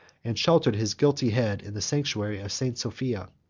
and sheltered his guilty head in the sanctuary of st. sophia,